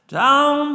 down